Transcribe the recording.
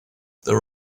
there